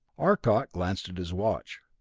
arcot glanced at his watch.